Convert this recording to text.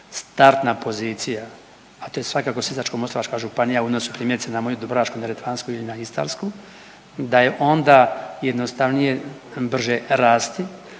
startna pozicija, a to je svakako Sisačko-moslavačka županija u odnosu, primjerice, na moju Dubrovačko-neretvansku ili na Istarsku, da je onda jednostavnije, brže rasti